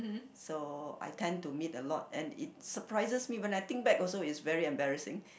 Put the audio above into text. so I tend to meet a lot and it surprises me when I think back a lot it's very embarrassing